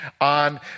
on